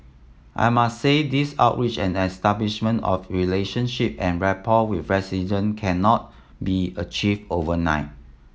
I must say these outreach and establishment of relationship and rapport with cannot be achieved overnight